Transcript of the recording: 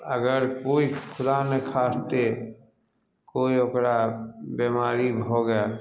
अगर कोइ खुदा ने खास्ते कोइ ओकरा बीमारी भऽ गेल